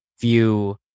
view